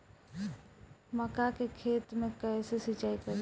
मका के खेत मे कैसे सिचाई करी?